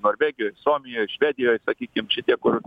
norvegijoj suomijoj švedijoj sakykim šitie kur